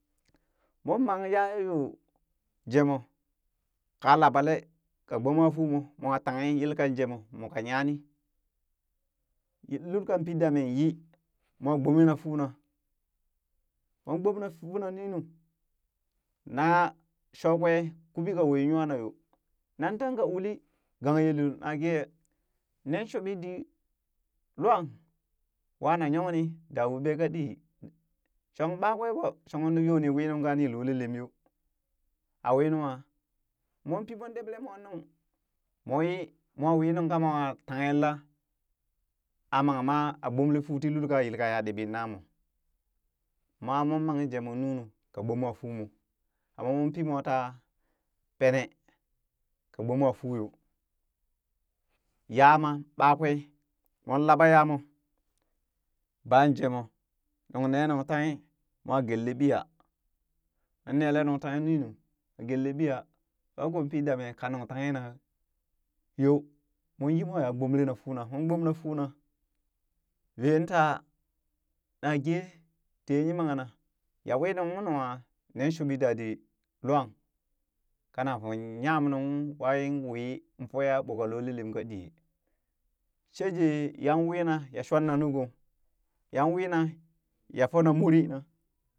Moon mang yaa ya yoo jemo ka labelee ka gbomo fuu moo mwa tanghe yelkan jemoo moka nyani lulkan pii damee yii moo gbomena fuuna moon gbomna fuuna ninu na shookwee kubi ka ween nyana yoo nan tanka uli gang yee lul na gee nen shuuɓi dit laun waana yongni daa wo ɓee ka ɗii shong ɓakwee ɓo shong niyo wii nung ni lole lem yoo aa winua moon pii moon ɗeɓlee mwan nuŋ mon yi mwa wii nuŋ ka mwa tanghen laa a man ma a gbolee fuu ti lulka yilkaya ɗiɓii na moo ma moon mang jemoo nunu ka gboma fuu moo amma moon pii mwa ta pene ka gboma fuu yoo yaa ma ɓakwee moon laɓa yaa moo ban jemoo nuŋ nee nungtanghe moo gelle ɓiya moon nele nungtanghe nunu gelle ɓiya lwakoo pii damee ka nuŋ tanghi na yoo mon yi mwa ya gbomlena fuu naa mon gbona fuu naa, vee taa naa gee tiyee yimanna ya wii nuŋ ung nua nan shiɓi dadit luang kana nyaam nunghung wan wii infoya ɓoka lole lem ka ɗii sheje yan wina ya shonna nuu gong yanwina ya foona muri naa.